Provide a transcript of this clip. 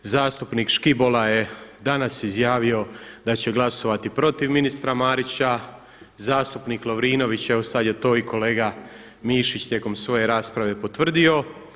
Zastupnik Škibola je danas izjavio da će glasovati protiv ministra Marića, zastupnik Lovrinović evo sad je to i kolega Mišić tijekom svoje rasprave potvrdio.